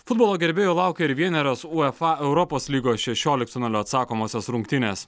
futbolo gerbėjų laukia ir vienerios uefa europos lygos šešioliktfinalio atsakomosios rungtynės